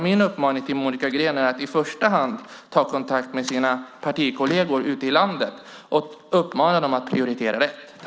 Min uppmaning till Monica Green är att i första hand ta kontakt med partikolleger ute i landet och uppmana dem att prioritera rätt.